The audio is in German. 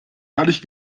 herrliche